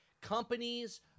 Companies